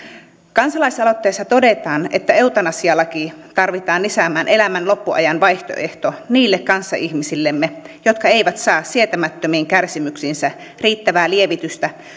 kansalaisaloitteessa todetaan että eutanasialaki tarvitaan lisäämään elämän loppuajan vaihtoehto niille kanssaihmisillemme jotka eivät saa sietämättömiin kärsimyksiinsä riittävää lievitystä